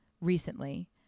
recently